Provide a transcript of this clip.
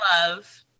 love